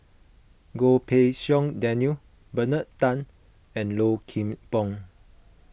Goh Pei Siong Daniel Bernard Tan and Low Kim Pong